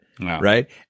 Right